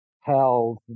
held